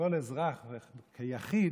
לכל אזרח כיחיד,